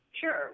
Sure